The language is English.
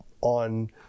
on